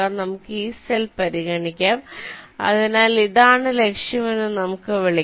നമുക്ക് ഈ സെൽ പരിഗണിക്കാം അതിനാൽ ഇതാണ് ലക്ഷ്യം എന്ന് നമുക്ക് വിളിക്കാം